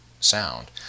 sound